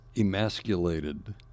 emasculated